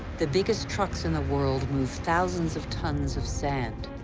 the biggest trucks in the world move thousands of tons of sand.